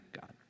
God